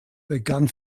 begann